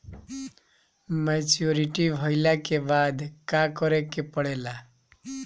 Maturity भईला के बाद का करे के पड़ेला?